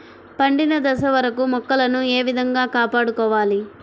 పండిన దశ వరకు మొక్కలను ఏ విధంగా కాపాడుకోవాలి?